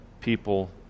people